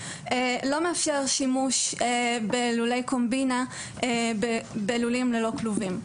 לא מאפשר שימוש בלולי קומבינה בלולים ללא כלובים.